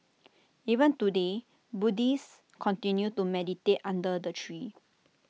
even today Buddhists continue to meditate under the tree